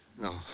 No